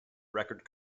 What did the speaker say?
record